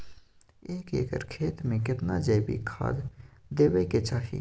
एक एकर खेत मे केतना जैविक खाद देबै के चाही?